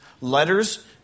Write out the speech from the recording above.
letters